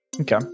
okay